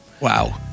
Wow